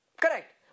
Correct